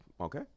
Okay